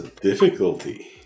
difficulty